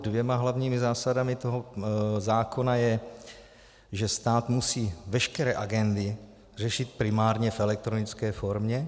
Dvěma hlavními zásadami toho zákona je, že stát musí veškeré agendy řešit primárně v elektronické formě.